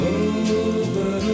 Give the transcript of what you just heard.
over